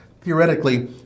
theoretically